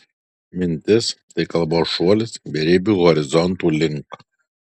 mintis tai kalbos šuolis beribių horizontų link